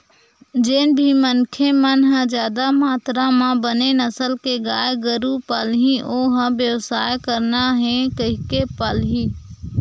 जेन भी मनखे मन ह जादा मातरा म बने नसल के गाय गरु पालही ओ ह बेवसायच करना हे कहिके पालही